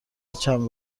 چند